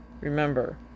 remember